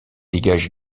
dégage